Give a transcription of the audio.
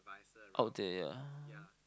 out there yeah